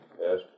Yes